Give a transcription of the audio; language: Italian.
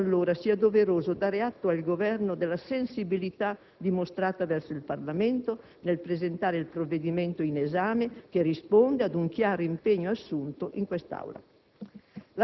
Crediamo allora sia doveroso dare atto al Governo della sensibilità dimostrata verso il Parlamento nel presentare il provvedimento in esame che risponde ad un chiaro impegno assunto in quest'Aula.